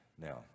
Now